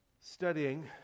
studying